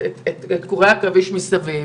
את קורי העכביש מסביב.